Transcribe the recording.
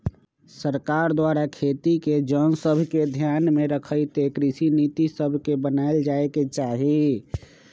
सरकार द्वारा खेती के जन सभके ध्यान में रखइते कृषि नीति सभके बनाएल जाय के चाही